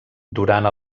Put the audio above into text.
durant